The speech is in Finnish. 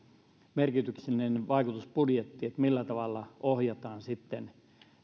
merkityksellinen vaikutus budjettiin niin millä tavalla ohjataan sitten